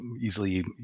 easily